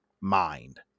mind